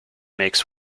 makes